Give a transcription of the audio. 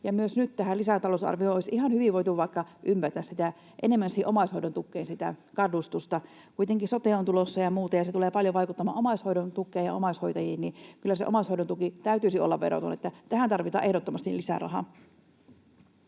myös nyt tähän lisätalousarvioon olisi ihan hyvin voitu ympätä vaikka enemmän siihen omaishoidon tukeen kannustusta. Kuitenkin sote on tulossa ja muuta, ja se tulee paljon vaikuttamaan omaishoidon tukeen ja omaishoitajiin, niin kyllä sen omaishoidon tuen täytyisi olla veroton. Tähän tarvitaan ehdottomasti lisää rahaa.